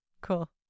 Cool